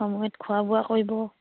সময়ত খোৱা বোৱা কৰিব